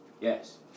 yes